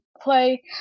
play